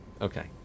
Okay